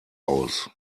aus